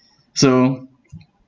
so